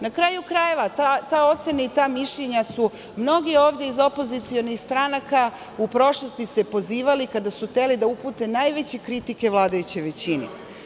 Na kraju krajeva, na te ocene i ta mišljenja su se mnogi ovde iz opozicionih stranaka u prošlosti pozivali kada su hteli da upute najveće kritike vladajućoj većine.